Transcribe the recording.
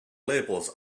labels